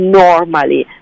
normally